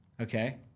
Okay